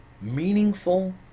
meaningful